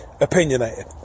opinionated